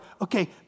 okay